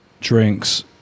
drinks